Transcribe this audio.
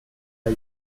war